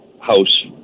house